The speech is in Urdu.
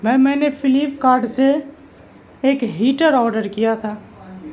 میم میں نے فلپ کارڈ سے ایک ہیٹر آڈر کیا تھا